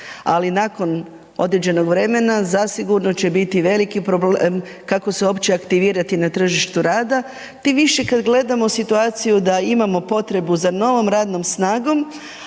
ali nakon određenog vremena, zasigurno će biti veliki problem kako se uopće aktivirati na tržištu rada, tim više kada gledamo situaciju da imamo potrebu za novom radnom snagom,